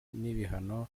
n’ibihano